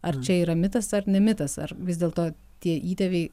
ar čia yra mitas ar ne mitas ar vis dėlto tie įtėviai